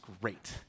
great